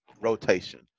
rotation